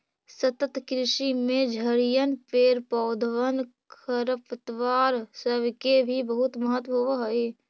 सतत कृषि में झड़िअन, पेड़ पौधबन, खरपतवार सब के भी बहुत महत्व होब हई